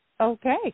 Okay